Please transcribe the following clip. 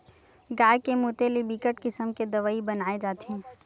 गाय के मूते ले बिकट किसम के दवई बनाए जाथे